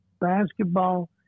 basketball